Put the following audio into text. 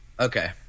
Okay